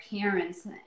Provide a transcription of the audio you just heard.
parents